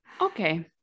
okay